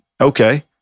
Okay